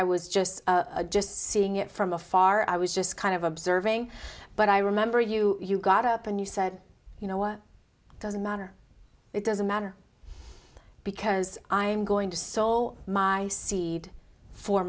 i was just just seeing it from afar i was just kind of observing but i remember you you got up and you said you know what doesn't matter it doesn't matter because i'm going to soul my seed for